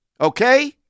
Okay